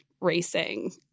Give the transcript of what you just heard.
racing